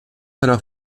alors